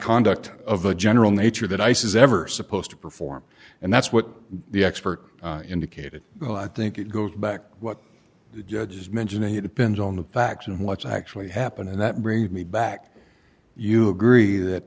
conduct of a general nature that ice is ever supposed to perform and that's what the expert indicated i think it goes back what judge is mentioning it depends on the facts and what's actually happened and that brings me back you agree that